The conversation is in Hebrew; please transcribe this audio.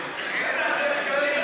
סוסו?